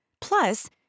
Plus